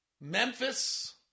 Memphis